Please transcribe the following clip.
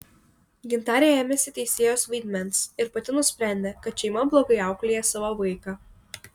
gintarė ėmėsi teisėjos vaidmens ir pati nusprendė kad šeima blogai auklėja savo vaiką